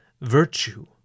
Virtue